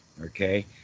Okay